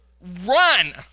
Run